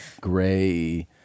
gray